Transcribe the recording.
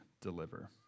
deliver